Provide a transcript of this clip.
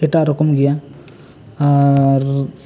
ᱮᱴᱟᱜ ᱨᱚᱠᱚᱢ ᱜᱮᱭᱟ ᱟᱨ